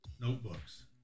notebooks